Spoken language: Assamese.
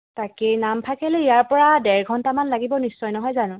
তাকেই নামফাকেলৈ ইয়াৰ পৰা ডেৰ ঘণ্টামান লাগিব নিশ্চয় নহয় জানো